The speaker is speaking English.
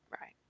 Right